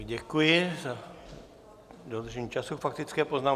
Děkuji za dodržení času k faktické poznámce.